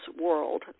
world